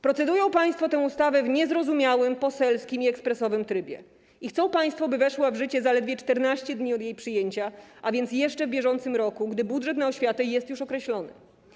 Procedują państwo nad tą ustawą w niezrozumiałym poselskim, ekspresowym trybie i chcą państwo, by weszła w życie zaledwie 14 dni od jej przyjęcia, a więc jeszcze w bieżącym roku, gdy budżet na oświatę jest już określony.